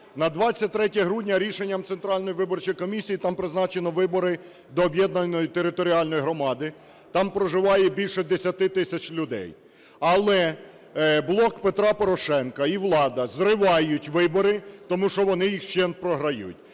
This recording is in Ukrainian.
На 23 грудня рішенням Центральної виборчої комісії там призначено вибори до об'єднаної територіальної громади. Там проживає більше 10 тисяч людей. Але "Блок Петра Порошенка" і влада зривають вибори, тому що вони їх вщент програють.